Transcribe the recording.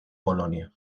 polonia